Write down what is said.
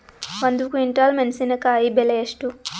ಒಂದು ಕ್ವಿಂಟಾಲ್ ಮೆಣಸಿನಕಾಯಿ ಬೆಲೆ ಎಷ್ಟು?